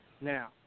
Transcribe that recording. Now